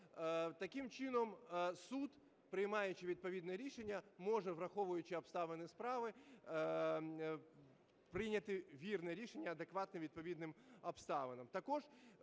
Таким чином суд, приймаючи відповідне рішення, може, враховуючи обставини справи, прийняти вірне рішення, адекватне відповідним обставинам.